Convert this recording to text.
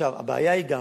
הבעיה היא גם